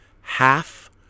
half